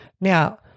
Now